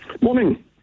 morning